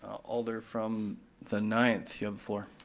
alder from the ninth, you have the floor.